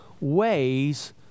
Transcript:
ways